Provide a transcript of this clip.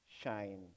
shine